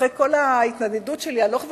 אחרי כל ההתנדנדות שלי הלוך וחזור,